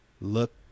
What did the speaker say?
look